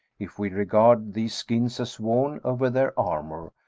if we regard these skins as worn over their armour,